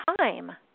time